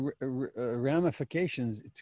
ramifications